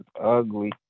ugly